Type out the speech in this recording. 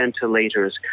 ventilators